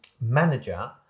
manager